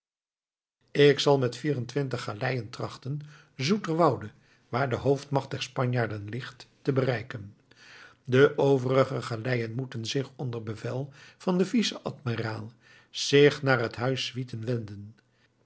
ik zal met vijfentwintig galeien trachten zoeterwoude waar de hoofdmacht der spanjaarden ligt te bereiken de overige galeien moeten onder bevel van den vice-admiraal zich naar het huis zwieten wenden